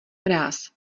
mráz